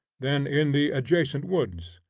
then in the adjacent woods.